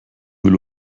will